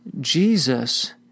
Jesus